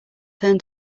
turn